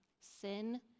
sin